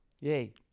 Yay